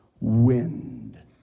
wind